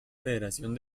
federación